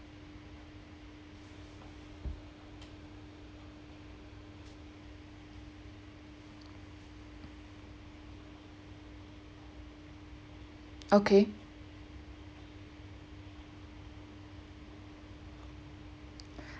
okay